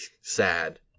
sad